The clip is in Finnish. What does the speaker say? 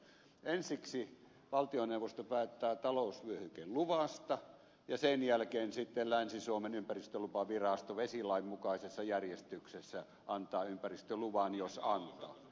ensiksi valtioneuvosto päättää talousvyöhykeluvasta ja sen jälkeen sitten länsi suomen ympäristölupavirasto vesilain mukaisessa järjestyksessä antaa ympäristöluvan jos antaa